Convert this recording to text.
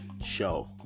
show